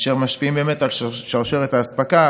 אשר משפיעים על שרשרת האספקה,